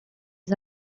les